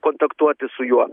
kontaktuoti su juo